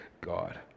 God